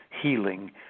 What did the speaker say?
healing